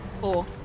four